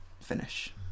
Finish